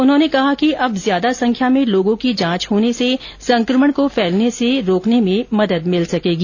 उन्होंने कहा कि अब ज्यादा संख्या में लोगों की जांच होने से संक्रमण को फैलने से रोकने में मदद मिल सकेगी